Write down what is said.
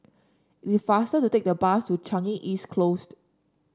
faster to take the bus to Changi East Closed